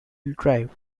drive